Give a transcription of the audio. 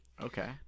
Okay